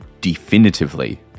definitively